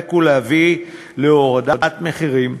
להיאבק ולהביא להורדת מחירים.